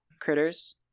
critters